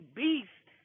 beast